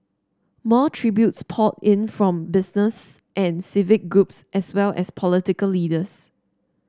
more tributes poured in from business and civic groups as well as political leaders